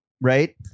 right